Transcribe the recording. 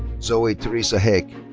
zoe theresa haeck.